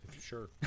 Sure